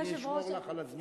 אני אשמור לך על הזמן.